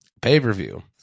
pay-per-view